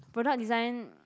product design